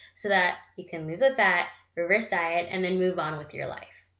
so that you can lose the fat, reverse diet, and then move on with your life.